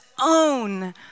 own